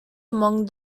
among